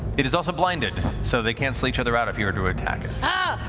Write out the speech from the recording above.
it is also blinded, so they cancel each other out if you were to attack it. ah